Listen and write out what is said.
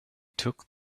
took